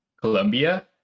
Colombia